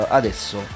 adesso